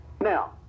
Now